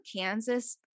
Kansas